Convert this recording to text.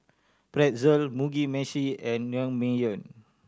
Pretzel Mugi Meshi and Naengmyeon